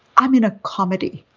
i'm in a comedy